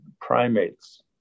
primates